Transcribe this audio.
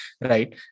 Right